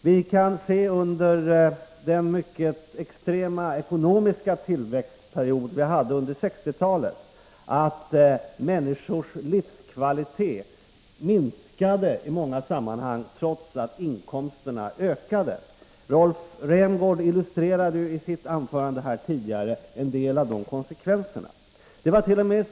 Vi kan se att människors livskvalitet under den extrema ekonomiska tillväxtperiod som vi hade under 1960-talet i många avseenden minskade trots att inkomsterna ökade. Rolf Rämgård illustrerade isitt anförande här tidigare en del av konsekvenserna. Det vart.o.m.